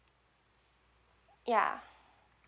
ya